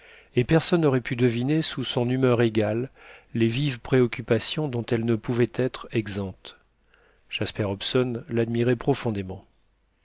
et personne n'aurait pu deviner sous son humeur égale les vives préoccupations dont elle ne pouvait être exempte jasper hobson l'admirait profondément